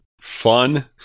Fun